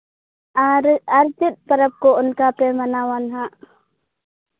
ᱟᱨ ᱟᱨ ᱪᱮᱫ ᱯᱚᱨᱚᱵᱽ ᱠᱚ ᱚᱱᱠᱟ ᱯᱮ ᱢᱟᱱᱟᱣᱟ ᱱᱟᱦᱟᱸᱜ